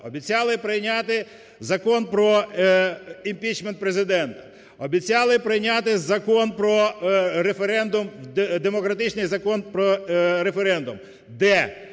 обіцяли прийняти Закон про імпічмент Президента, обіцяли прийняти Закон про референдум, демократичний Закон про референдум. Де?